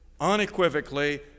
unequivocally